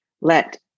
let